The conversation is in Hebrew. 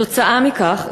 כתוצאה מכך,